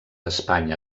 espanya